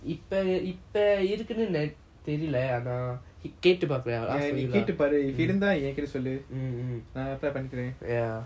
ya நீ கேட்டு பாரு இருந்தான் ஏன் கிட்ட சொல்லு நான்:nee keatu paaru irunthan yean kita sollu naan apply பணிகிறேன்:panikiran